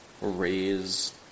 raise